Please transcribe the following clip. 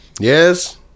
Yes